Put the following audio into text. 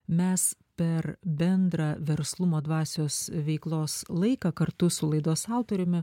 mes per bendrą verslumo dvasios veiklos laiką kartu su laidos autoriumi